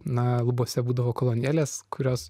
na lubose būdavo kolonėlės kurios